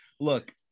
Look